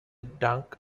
dunk